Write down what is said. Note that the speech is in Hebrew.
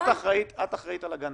את אחראית על הגננות.